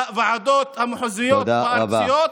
בוועדות האזוריות והארציות,